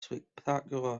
spectacular